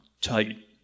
Tight